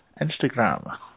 Instagram